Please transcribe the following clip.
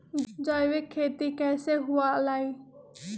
जैविक खेती कैसे हुआ लाई?